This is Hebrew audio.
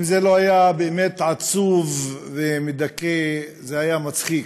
אם זה לא היה באמת עצוב ומדכא, זה היה מצחיק,